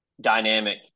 dynamic